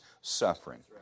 suffering